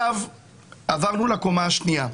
עברנו לקומה השנייה,